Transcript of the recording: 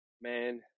Man